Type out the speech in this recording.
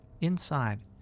Inside